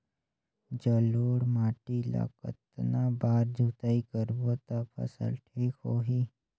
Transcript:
जलोढ़ माटी ला कतना बार जुताई करबो ता फसल ठीक होती?